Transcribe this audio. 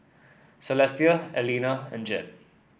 Celestia Elena and Jed